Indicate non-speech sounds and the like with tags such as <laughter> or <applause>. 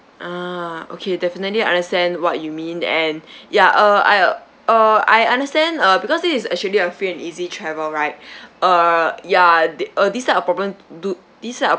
ah okay definitely understand what you mean and ya uh I uh I understand uh because this is actually a free and easy travel right <breath> err ya they uh this type of problem do this type of